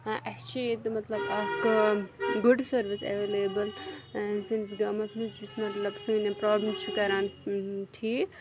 اَسہِ چھِ ییٚتہِ مطلب اَکھ گُڈ سٔروِس اٮ۪ویلیبٕل سٲنِس گامَس منٛز یُس مطلب سٲنۍ یِم پرٛابلِم چھِ کَران ٹھیٖک